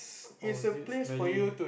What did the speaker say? or is it smelly